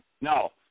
No